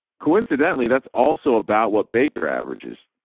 coincidentally, that's also about what baker averages,